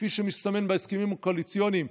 כפי שמסתמן בהסכמים קואליציוניים,